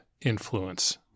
influence